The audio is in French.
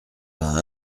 vingt